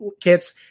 kits